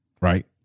right